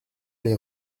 les